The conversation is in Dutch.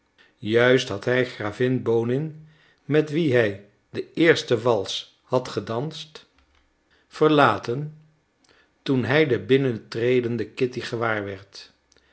juist had hij gravin bonin met wie hij den eersten wals had gedanst verlaten toen hij de binnentredende kitty